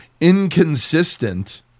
Inconsistent